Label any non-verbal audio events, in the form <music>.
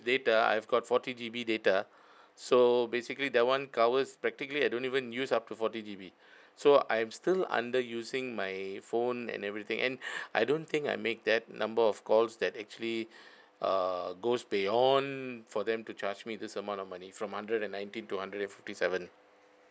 data I've got forty G_B data so basically that [one] covers practically I don't even use up to forty G_B so I am still under using my phone and everything and <breath> I don't think I make that number of calls that actually err goes beyond for them to charge me this amount of money from hundred and nineteen to hundred and fifty seven